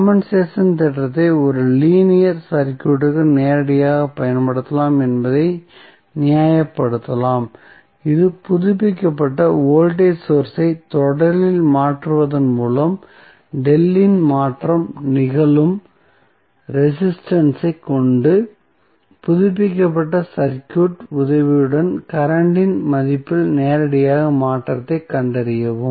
compensation தேற்றத்தை ஒரு linear சர்க்யூட்க்கு நேரடியாகப் பயன்படுத்தலாம் என்பதை நியாயப்படுத்தலாம் இது புதுப்பிக்கப்பட்ட வோல்டேஜ் சோர்ஸ் ஐ தொடரில் மாற்றுவதன் மூலம் Δ இன் மாற்றம் நிகழும் ரெசிஸ்டன்ஸ் ஐ கொண்டு புதுப்பிக்கப்பட்ட சர்க்யூட் உதவியுடன் கரண்ட் இன் மதிப்பில் நேரடியாக மாற்றத்தை கண்டறியவும்